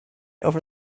over